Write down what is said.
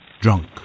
Drunk